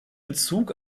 bezug